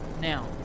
Now